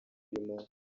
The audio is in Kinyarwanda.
irimo